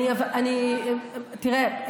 תראה,